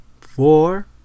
four